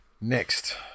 Next